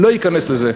לא אכנס לזה.